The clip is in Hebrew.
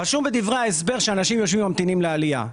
רשום בדברי ההסבר שאנשים יושבים וממתינים לעלייה.